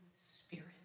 Spirit